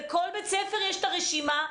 לכל בית-ספר יש הרשימה,